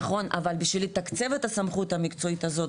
נכון אבל בשביל לתקצב את הסמכות המקצועית הזאת,